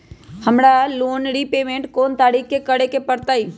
हमरा loan repayment कोन तारीख के करे के परतई?